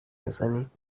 بزنیم